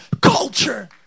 culture